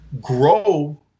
grow